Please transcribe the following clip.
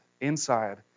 inside